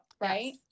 Right